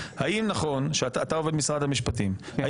בנושאים משפטיים.